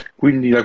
quindi